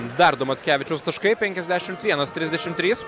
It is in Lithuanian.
dar du mockevičiaus taškai penkiasdešimt vienas trisdešimt trys